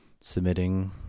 submitting